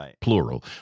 plural